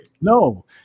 no